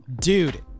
Dude